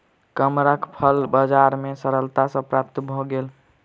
कमरख फल बजार में सरलता सॅ प्राप्त भअ गेल